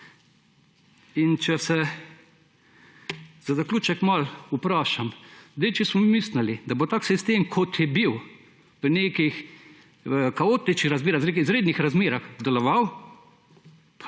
Če se za zaključek malo vprašam. Če smo mi mislili, da bo tak sistem, kot je bil, v kaotičnih razmerah, izrednih razmerah deloval,